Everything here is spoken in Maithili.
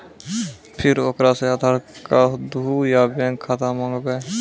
फिर ओकरा से आधार कद्दू या बैंक खाता माँगबै?